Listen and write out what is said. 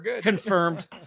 Confirmed